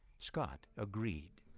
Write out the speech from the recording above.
scott agreed.